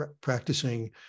practicing